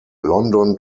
london